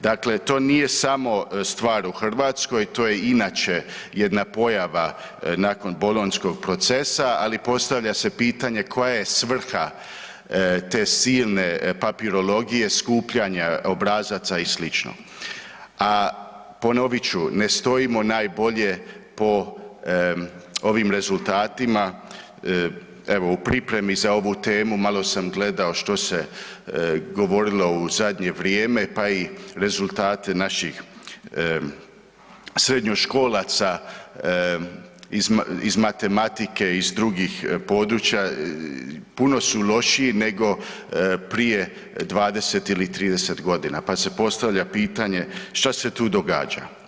Dakle to nije samo stvar u Hrvatskoj, to je inače jedna pojava nakon bolonjskog procesa, ali postavlja se pitanje koja je svrha te silne papirologije, skupljanja obrazaca i sl., a ponovit ću, ne stojimo najbolje po ovim rezultatima, evo, u pripremi za ovu temu malo sam gledao što se govorilo u zadnje vrijeme, pa i rezultate naših srednjoškolaca iz matematiku i iz drugih područja, puno su lošiji nego prije 20 ili 30 godina pa se postavlja pitanje što se tu događa?